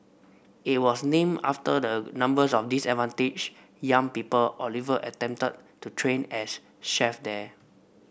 it was named after the number of disadvantaged young people Oliver attempted to train as chef there